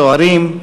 סוהרים,